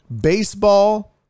baseball